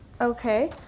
Okay